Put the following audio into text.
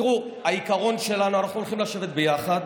תראו, העיקרון שלנו, אנחנו הולכים לשבת ביחד.